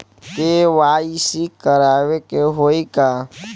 KYC करावे के होई का?